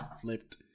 flipped